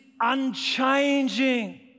unchanging